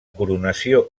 coronació